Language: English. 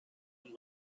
and